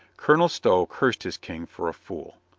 colonel stow cursed his king for a fool.